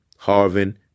Harvin